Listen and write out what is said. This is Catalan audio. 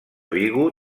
vigo